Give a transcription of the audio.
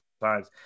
times